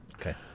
Okay